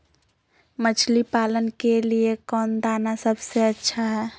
मछली पालन के लिए कौन दाना सबसे अच्छा है?